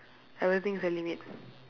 everything has a limit